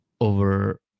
over